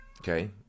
Okay